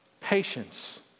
Patience